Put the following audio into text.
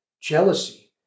jealousy